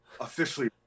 officially